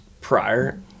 prior